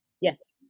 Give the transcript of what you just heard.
Yes